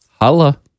Holla